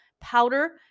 powder